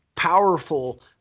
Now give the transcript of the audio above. powerful